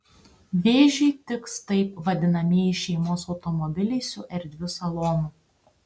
vėžiui tiks taip vadinamieji šeimos automobiliai su erdviu salonu